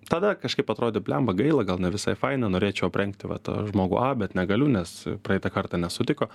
tada kažkaip atrodė bliamba gaila gal ne visai faina norėčiau aprengti va tą žmogų a bet negaliu nes praeitą kartą nesutiko